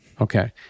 Okay